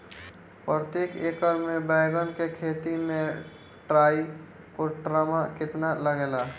प्रतेक एकर मे बैगन के खेती मे ट्राईकोद्रमा कितना लागेला?